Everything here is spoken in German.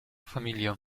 familie